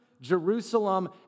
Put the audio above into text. Jerusalem